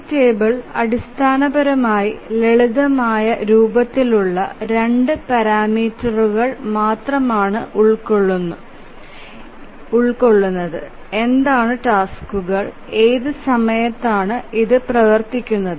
ഈ ടേബിൾ അടിസ്ഥാനപരമായി ലളിതമായ രൂപത്തിലുള്ള രണ്ട് പാരാമീറ്ററുകൾ മാത്രമേ ഉൾക്കൊള്ളുന്നുള്ളൂ എന്താണ് ടാസ്ക്കുകൾ ഏത് സമയത്താണ് ഇത് പ്രവർത്തിക്കുന്നത്